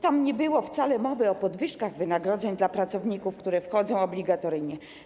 Tam nie było wcale mowy o podwyżkach wynagrodzeń dla pracowników, które są obligatoryjne.